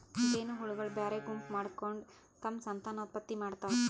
ಜೇನಹುಳಗೊಳ್ ಬ್ಯಾರೆ ಗುಂಪ್ ಮಾಡ್ಕೊಂಡ್ ತಮ್ಮ್ ಸಂತಾನೋತ್ಪತ್ತಿ ಮಾಡ್ತಾವ್